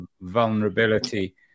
vulnerability